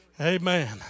Amen